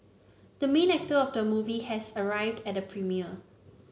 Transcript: the main actor of the movie has arrived at the premiere